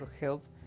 health